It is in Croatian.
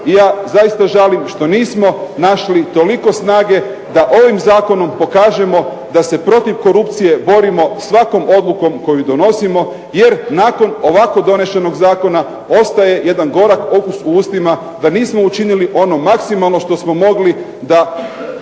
I ja zaista žalim što nismo našli toliko snage da ovim Zakonom pokažemo da se protiv korupcije borimo svakom odlukom koju donosimo jer nakon ovako donešenog zakona ostaje jedan gorak okus u ustima da nismo učinili ono maksimalno što smo mogli da